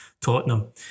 Tottenham